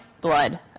blood